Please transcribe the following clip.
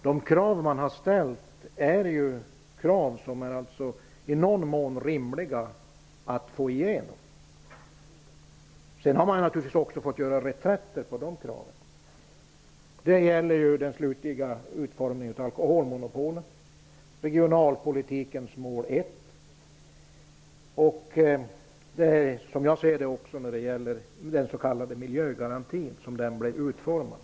De krav som har ställts är i någon mån rimliga att få igenom. Sedan har man naturligtvis fått göra reträtter på dessa krav. Det gäller t.ex. den slutliga utformningen av alkoholmonopolen, regionalpolitikens mål 1 och, som jag ser det, den s.k. miljögarantin som den blev utformad.